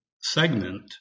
segment